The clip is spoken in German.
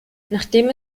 nachdem